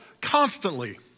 constantly